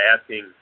asking